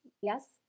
yes